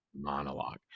monologue